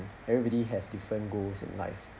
everybody have different goals in life